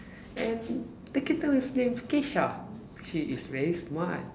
and the kitten his name is Kesha she is very smart